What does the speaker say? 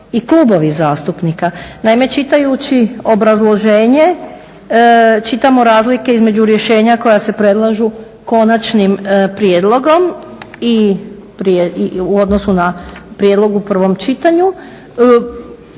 i klubovi zastupnika. Naime čitajući obrazloženje čitamo razlike između rješenja koja se predlažu konačnim prijedlogom u odnosu na prijedlog u prvom čitanju.